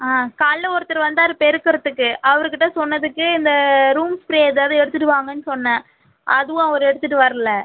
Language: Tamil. ஆ கால்ல ஒருத்தர் வந்தார் பெருக்குறதுக்கு அவருக்கிட்ட சொன்னதுக்கு இந்த ரூம் ஸ்பிரே எதாவது எடுத்துகிட்டு வாங்கன்னு சொன்ன அதுவும் அவர் எடுத்துட்டு வரல